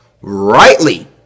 rightly